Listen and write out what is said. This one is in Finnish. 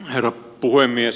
herra puhemies